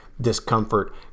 discomfort